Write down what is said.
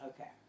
okay